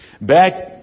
back